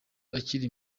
akiri